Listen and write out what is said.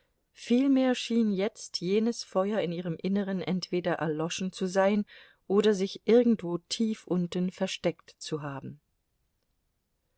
vielmehr schien jetzt jenes feuer in ihrem inneren entweder erloschen zu sein oder sich irgendwo tief unten versteckt zu haben